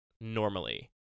normally